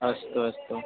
अस्तु अस्तु